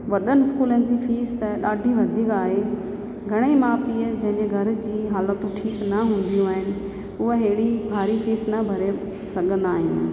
वॾनि स्कूलनि जी फीस त ॾाधी वधीक आहे घणेई माउ पीउ जंहिंजे घर जूं हालतूं ठीकु न हूंदियूं आहिनि उहे अहिड़ी भाड़ी फीस भरे न सघंदा आहिनि